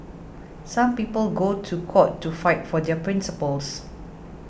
some people go to court to fight for their principles